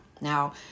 Now